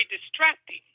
distracting